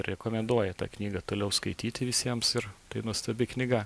rekomenduoju tą knygą toliau skaityti visiems ir tai nuostabi knyga